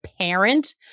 parent